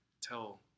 tell